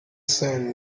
sand